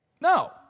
No